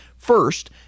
first